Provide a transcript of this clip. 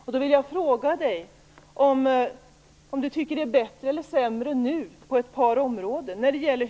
Jag vill fråga om Elver Jonsson tycker att det är bättre eller sämre nu, på ett par områden.